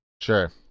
Sure